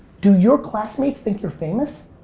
do your classmates think you're famous?